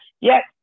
Yes